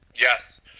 Yes